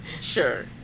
Sure